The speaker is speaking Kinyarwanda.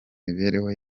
mibereho